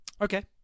Okay